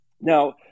Now